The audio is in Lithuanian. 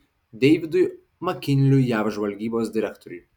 deividui makinliui jav žvalgybos direktoriui